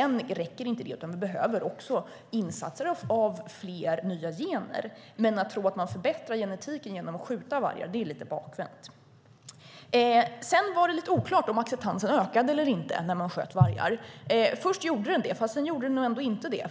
Men det räcker inte, utan vi behöver också insatser i form av fler nya gener. Att tro att man förbättrar genetiken genom att skjuta vargar är lite bakvänt. Det var lite oklart om acceptansen ökar eller inte när man skjuter vargar. Först gjorde den det, sedan gjorde den inte det.